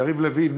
יריב לוין,